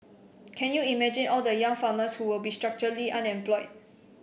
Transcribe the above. can you imagine all the young farmers who will be structurally unemployed